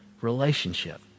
relationship